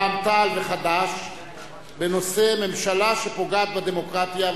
רע"ם-תע"ל וחד"ש בנושא: ממשלה שפוגעת בדמוקרטיה.